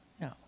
No